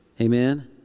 Amen